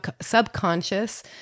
subconscious